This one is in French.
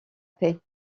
paix